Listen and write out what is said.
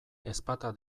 ezpata